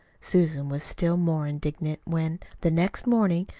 susan was still more indignant when, the next morning,